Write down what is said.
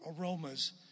aromas